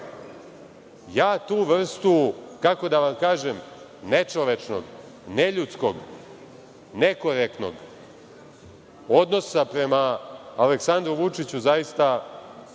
tu vrstu, kako da vam kažem, nečovečnog, neljudskog, nekorektnog odnosa prema Aleksandru Vučiću zaista ne